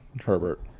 Herbert